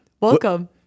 Welcome